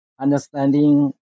understanding